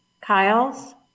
Kyles